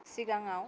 सिगाङाव